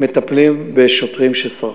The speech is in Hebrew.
מטפלות בשוטרים שסרחו.